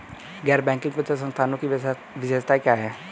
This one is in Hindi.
गैर बैंकिंग वित्तीय संस्थानों की विशेषताएं क्या हैं?